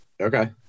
Okay